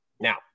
Now